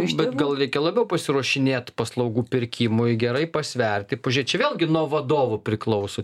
bet gal reikia labiau pasiruošinėt paslaugų pirkimui gerai pasverti pažiūrėt čia vėlgi nuo vadovų priklauso